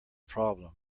problem